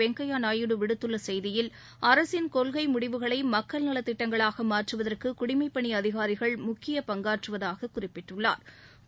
வெங்கப்யா நாயுடு விடுத்துள்ள செய்தியில் அரசின் கொள்கை முடிவுகளை மக்கள் நலத்திட்டங்களாக மாற்றுவதற்கு குடிமைப்பணி அதிகாரிகள் முக்கிய பங்காற்றுவதாக குறிப்பிட்டுள்ளாா்